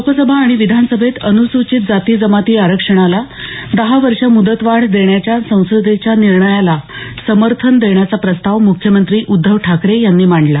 लोकसभा आणि विधानसभेत अनुसूचित जाती जमाती आरक्षणाला दहा वर्ष मुदतवाढ देण्याच्या संसदेच्या निर्णयाला समर्थन देण्याचा प्रस्ताव मुख्यमंत्री उद्धव ठाकरे यांनी मांडला